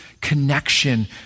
connection